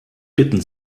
bitten